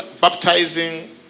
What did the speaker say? Baptizing